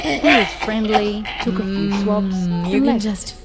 he was friendly, took a few swabs and left.